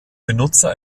benutzer